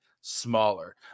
smaller